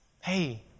hey